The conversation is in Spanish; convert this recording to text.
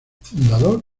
fundador